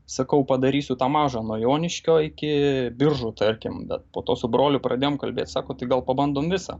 sakau padarysiu tą mažą nuo joniškio iki biržų tarkim bet po to su broliu pradėjom kalbėt sako tai gal pabandom visą